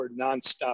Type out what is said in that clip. nonstop